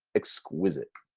exquisite